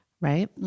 right